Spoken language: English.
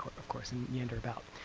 of course, and meander about.